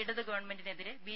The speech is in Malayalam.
ഇടത് ഗവൺമെന്റിനെതിരെ ബി